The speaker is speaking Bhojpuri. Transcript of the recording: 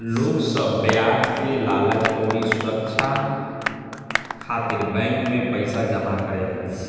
लोग सब ब्याज के लालच अउरी सुरछा खातिर बैंक मे पईसा जमा करेले